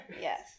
yes